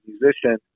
musician